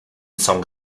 song